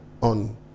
on